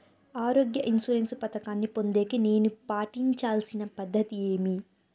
ఆరోగ్య ఇన్సూరెన్సు పథకాన్ని పొందేకి నేను పాటించాల్సిన పద్ధతి ఏమి?